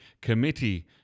Committee